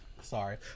sorry